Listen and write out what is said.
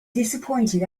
disappointed